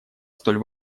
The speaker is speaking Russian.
столь